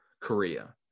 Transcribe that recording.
Korea